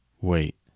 Wait